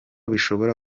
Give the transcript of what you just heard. bishobora